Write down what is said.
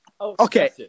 Okay